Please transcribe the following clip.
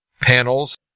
panels